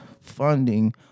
funding